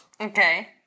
Okay